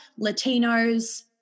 Latinos